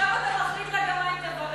עכשיו אתה מחליט לה גם מה היא תברך.